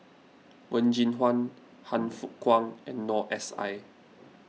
Wen Jinhua Han Fook Kwang and Noor S I